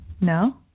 No